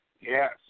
Yes